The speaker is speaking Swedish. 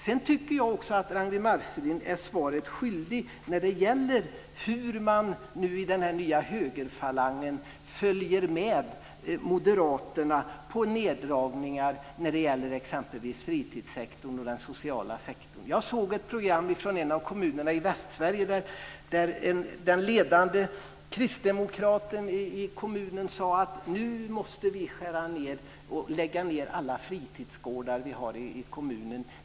Sedan tycker jag också att Ragnwi Marcelind är svaret skyldig när det gäller varför man i denna nya högerfalang följer med moderaterna på neddragningar när det gäller exempelvis fritidssektorn och den sociala sektorn. Jag såg ett program från en av kommunerna i Västsverige, där den ledande kristdemokraten sade att man nu måste skära ned och lägga ned alla fritidsgårdar.